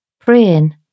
praying